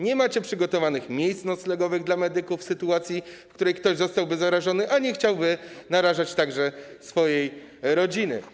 Nie macie przygotowanych miejsc noclegowych dla medyków w sytuacji, w której ktoś zostałby zarażony, a nie chciałby narażać także swojej rodziny.